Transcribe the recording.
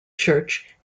church